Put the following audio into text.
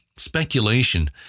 speculation